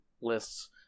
lists